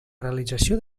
realització